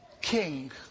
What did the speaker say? king